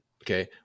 Okay